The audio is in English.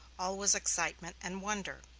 all was excitement and wonder.